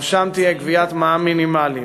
גם שם תהיה גביית מע"מ מינימלית,